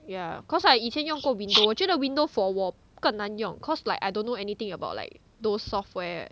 yeah cause right 以前用过 window 我觉得 window for 我更难用 cause like I don't know anything about like those software